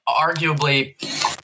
arguably